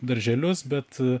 darželius bet